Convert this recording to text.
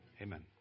Amen